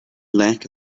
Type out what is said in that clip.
lack